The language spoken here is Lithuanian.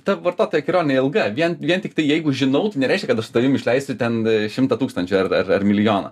ta vartotojo kelionė ilga vien vien tiktai jeigu žinau nereiškia kad aš su tavim išleisiu ten šimtą tūkstančių ar ar ar milijoną